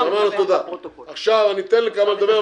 אתן לעוד כמה לדבר,